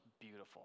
beautiful